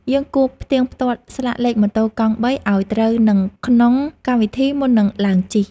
យើងគួរផ្ទៀងផ្ទាត់ស្លាកលេខម៉ូតូកង់បីឱ្យត្រូវនឹងក្នុងកម្មវិធីមុននឹងឡើងជិះ។